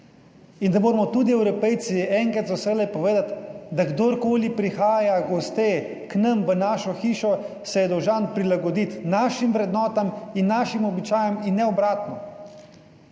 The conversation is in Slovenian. in da moramo tudi Evropejci enkrat za vselej povedati, da kdorkoli prihaja goste k nam, v našo hišo, se je dolžan prilagoditi našim vrednotam in našim običajem in ne obratno.